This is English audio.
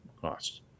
cost